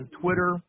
Twitter